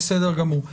בסדר גמור.